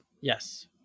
Yes